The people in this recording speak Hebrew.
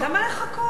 למה לחכות?